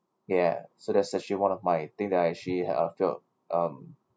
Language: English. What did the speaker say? ya so that's actually one of my thing that I actually uh felt um